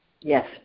Yes